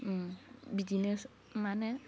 बिदिनो मा होनो